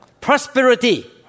prosperity